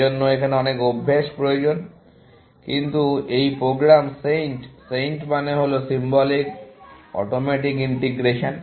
সেজন্য এখানে অনেক অভ্যেস প্রয়োজন কিন্তু কি এই প্রোগ্রাম SAINT SAINT মানে হল সিম্বলিক অটোমেটিক ইন্টিগ্রেশন